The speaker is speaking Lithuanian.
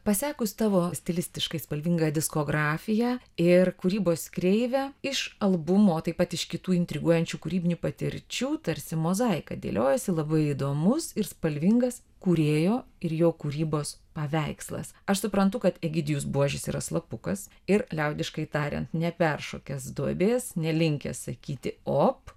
pasekus tavo stilistiškai spalvingą diskografiją ir kūrybos kreivę iš albumo taip pat iš kitų intriguojančių kūrybinių patirčių tarsi mozaika dėliojasi labai įdomus ir spalvingas kūrėjo ir jo kūrybos paveikslas aš suprantu kad egidijus buožis yra slapukas ir liaudiškai tariant neperšokęs duobės nelinkęs sakyti op